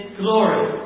glory